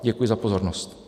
Děkuji za pozornost.